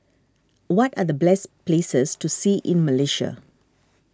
what are the bless places to see in Malaysia